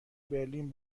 برلین